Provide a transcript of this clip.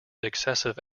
excessive